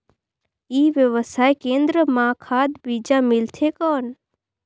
ई व्यवसाय केंद्र मां खाद बीजा मिलथे कौन?